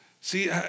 See